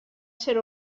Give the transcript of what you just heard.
ser